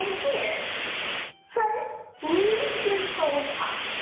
here first lift your toes up,